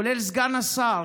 כולל סגן השר,